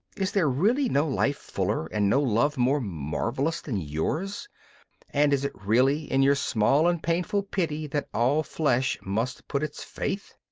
is there really no life fuller and no love more marvellous than yours and is it really in your small and painful pity that all flesh must put its faith?